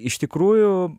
iš tikrųjų